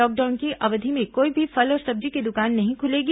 lockdown अवधि में कोई भी फल और सब्जी की दुकान नहीं खुलेगी